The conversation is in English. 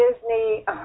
Disney